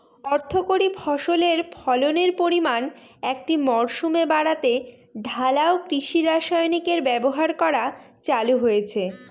অর্থকরী ফসলের ফলনের পরিমান একটি মরসুমে বাড়াতে ঢালাও কৃষি রাসায়নিকের ব্যবহার করা চালু হয়েছে